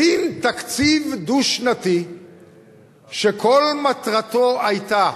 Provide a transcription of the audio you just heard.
הכין תקציב דו-שנתי שכל מטרתו היתה